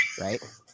right